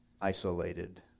isolated